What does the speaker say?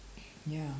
ya